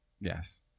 Yes